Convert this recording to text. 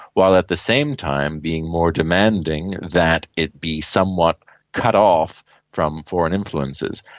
while at the same time being more demanding that it be somewhat cut off from foreign influences.